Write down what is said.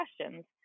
questions